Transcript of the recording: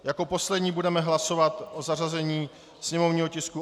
Jako poslední budeme hlasovat o zařazení sněmovního tisku 841.